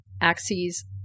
axes